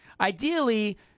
Ideally